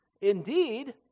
indeed